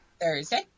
Thursday